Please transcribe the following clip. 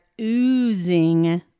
oozing